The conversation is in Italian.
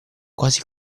quasi